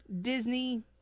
Disney